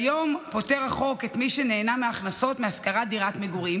כיום פוטר החוק את מי שנהנה מהכנסות מהשכרת דירת מגורים